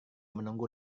menunggu